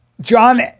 John